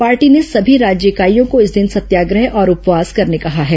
party ने सभी राज्य इकाइयों को इस दिन सत्याग्रह और उपवास करने कहा है